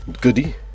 Goody